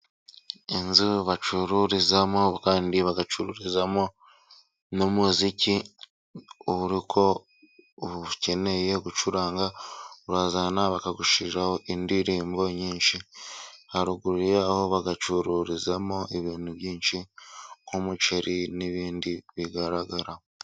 Inzu bacururizamo kandi bagacururizamo n'umuziki buri uko ukeneye gucuranga urazana bakagushyiriraho indirimbo nyinshi ,haruguru y'aho bagacururizamo ibintu byinshi nk'umuceri n'ibindi bigaragara.